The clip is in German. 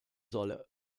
solle